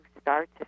start